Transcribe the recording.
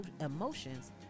emotions